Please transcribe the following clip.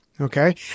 Okay